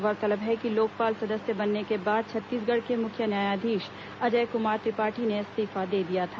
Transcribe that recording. गौरतलब है कि लोकपाल सदस्य बनने के बाद छत्तीसगढ़ के मुख्य न्यायाधीश अजय कुमार त्रिपाठी ने इस्तीफा दे दिया था